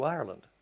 Ireland